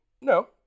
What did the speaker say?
No